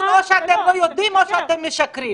או שאתם לא יודעים או שאתם משקרים.